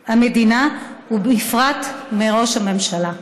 ובפרט מראש הממשלה.